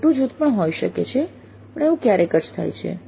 મોટું જૂથ પણ હોય શકે છે પણ એવું ક્યારેક જ થાય છે